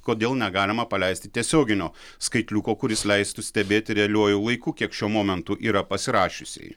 kodėl negalima paleisti tiesioginio skaitliuko kuris leistų stebėti realiuoju laiku kiek šiuo momentu yra pasirašiusieji